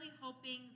hoping